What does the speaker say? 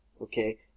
okay